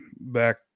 back